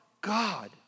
God